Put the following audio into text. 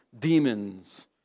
demons